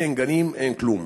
אין גנים, אין כלום.